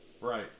Right